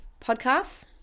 podcasts